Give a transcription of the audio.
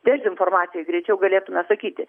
dezinformacija greičiau galėtume sakyti